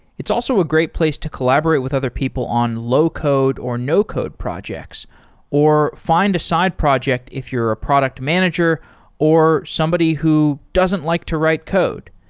it's also a great place to collaborate with other people on low code or no code projects or find a side project if you're a product manager or somebody who doesn't like to write code.